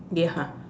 yeah